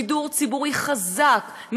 שידור ציבורי חזק,